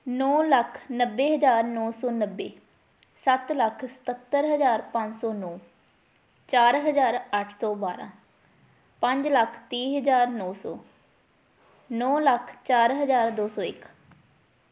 ਨੌਂ ਲੱਖ ਨੱਬੇ ਹਜ਼ਾਰ ਨੌਂ ਸੌ ਨੱਬੇ ਸੱਤ ਲੱਖ ਸਤੱਤਰ ਹਜ਼ਾਰ ਪੰਜ ਸੌ ਨੌਂ ਚਾਰ ਹਜ਼ਾਰ ਅੱਠ ਸੌ ਬਾਰ੍ਹਾਂ ਪੰਜ ਲੱਖ ਤੀਹ ਹਜ਼ਾਰ ਨੌਂ ਸੌ ਨੌਂ ਲੱਖ ਚਾਰ ਹਜ਼ਾਰ ਦੋ ਸੌ ਇੱਕ